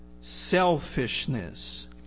selfishness